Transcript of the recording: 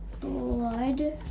Blood